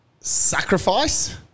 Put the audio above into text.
sacrifice